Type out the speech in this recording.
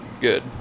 good